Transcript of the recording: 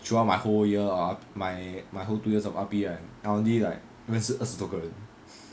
throughout my whole year ah my my whole two years of R_P right I only like 认识二十多个人